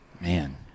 Man